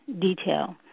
detail